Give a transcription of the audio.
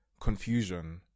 confusion